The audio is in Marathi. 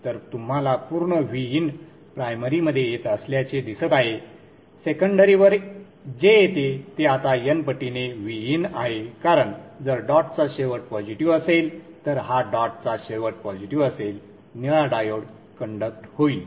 तर तुम्हाला पूर्ण Vin प्रायमरी मध्ये येत असल्याचे दिसत आहे सेकंडरी वर जे येते ते आता n पटीने Vin आहे कारण जर डॉट चा शेवट पॉजिटीव्ह असेल तर हा डॉट चा शेवट पॉजिटीव्ह असेल निळा डायोड कंडक्ट होईल